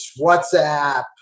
WhatsApp